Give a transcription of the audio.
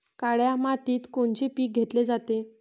काळ्या मातीत कोनचे पिकं घेतले जाते?